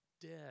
dead